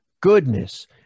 goodness